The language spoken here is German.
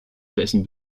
dessen